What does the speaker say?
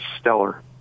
stellar